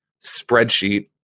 spreadsheet